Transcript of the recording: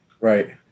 Right